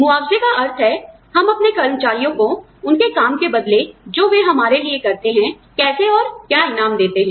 मुआवजे का अर्थ है हम अपने कर्मचारियों को उनके काम के बदले जो वह हमारे लिए करते हैं कैसे और क्या इनाम देते हैं